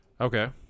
Okay